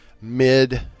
mid